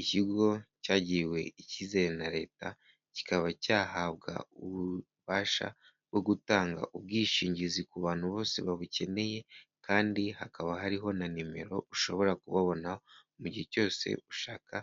Ikigo cyagiriwe ikizere na leta, kikaba cyahabwa ububasha bwo gutanga ubwishingizi, ku bantu bose babukeneye kandi hakaba hariho na nimero ushobora kubabona; mu gihe cyose ushaka